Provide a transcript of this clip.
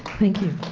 thank you